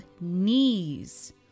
knees